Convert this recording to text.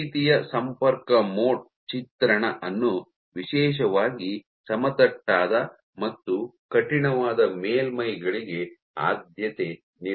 ಈ ರೀತಿಯ ಸಂಪರ್ಕ ಮೋಡ್ ಚಿತ್ರಣ ಅನ್ನು ವಿಶೇಷವಾಗಿ ಸಮತಟ್ಟಾದ ಮತ್ತು ಕಠಿಣವಾದ ಮೇಲ್ಮೈಗಳಿಗೆ ಆದ್ಯತೆ ನೀಡಲಾಗುತ್ತದೆ